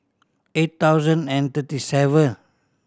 eight thousand and thirty seven